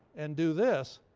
and do this,